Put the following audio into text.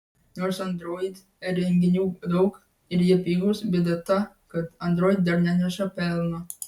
nors android įrenginių daug ir jie pigūs bėda ta kad android dar neneša pelno